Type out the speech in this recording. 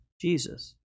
Jesus